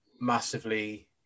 massively